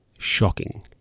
Shocking